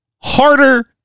harder